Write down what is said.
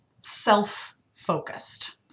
self-focused